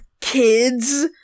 kids